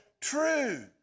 true